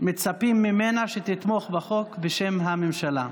שמצפים ממנה שתתמוך בחוק בשם הממשלה.